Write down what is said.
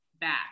back